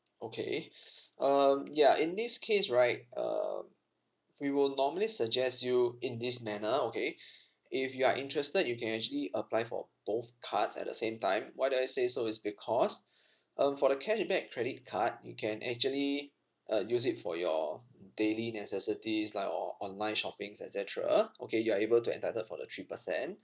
okay um ya in this case right um we will normally suggest you in this manner okay if you are interested you can actually apply for both cards at the same time why do I say so is because um for the cashback credit card you can actually uh use it for your daily necessities like o~ online shoppings et cetera okay you are able to entitled for the three percent